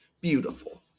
Beautiful